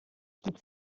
mit